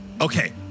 Okay